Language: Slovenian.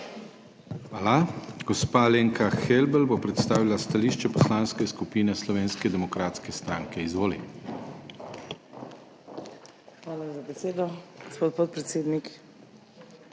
Hvala. Gospa Alenka Helbl bo predstavila stališče Poslanske skupine Slovenske demokratske stranke. Izvoli. ALENKA HELBL (PS SDS): Hvala za besedo, gospod podpredsednik.